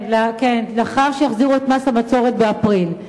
כן, כן, לאחר שיחזירו את מס הבצורת באפריל.